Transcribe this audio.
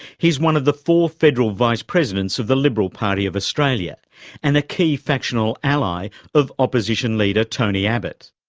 he is one of the four federal vice presidents of the liberal party of australia and a key factional ally of opposition leader tony abbott.